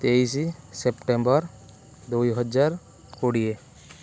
ତେଇଶ ସେପ୍ଟେମ୍ବର୍ ଦୁଇ ହଜାର କୋଡ଼ିଏ